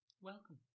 Welcome